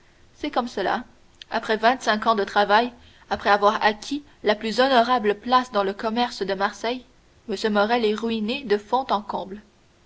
c'est comme cela après vingt-cinq ans de travail après avoir acquis la plus honorable place dans le commerce de marseille m morrel est ruiné de fond en comble